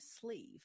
sleeve